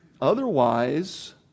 otherwise